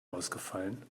ausgefallen